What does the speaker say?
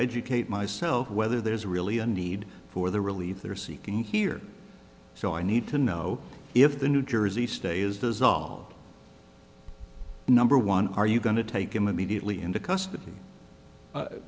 educate myself whether there's really a need for the relieve they are seeking here so i need to know if the new jersey state is dissolved number one are you going to take him immediately into custody